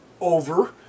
over